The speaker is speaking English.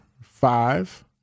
five